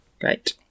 Great